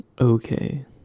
Okay